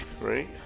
right